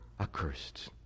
accursed